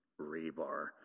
rebar